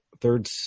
third –